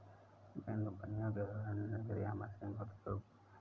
विभिन्न कम्पनियों के द्वारा निर्मित यह मशीन बहुत उपयोगी है